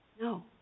No